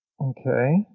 Okay